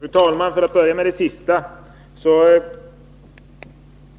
Fru talman! För att börja med det sista har